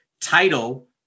title